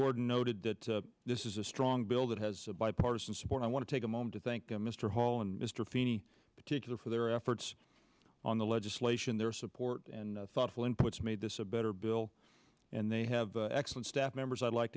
gordon noted that this is a strong bill that has bipartisan support i want to take a moment to thank mr hall and mr feeney particular for their efforts on the legislation their support and thoughtful inputs made this a better bill and they have excellent staff members i'd like